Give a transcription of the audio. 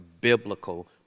biblical